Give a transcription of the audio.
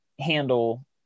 handle